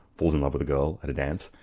falls in love with a girl at a dance,